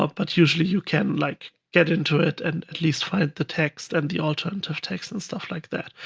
ah but usually you can like get into it and at least find the text and the alternative text and stuff like that.